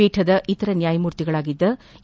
ಪೀಠದ ಇತರ ನ್ಯಾಯಮೂರ್ತಿಗಳಾದ ಎ